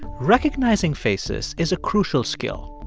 recognizing faces is a crucial skill.